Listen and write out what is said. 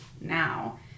now